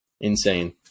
Insane